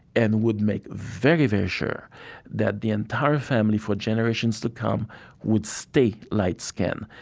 and would make very, very sure that the entire family for generations to come would stay light-skinned,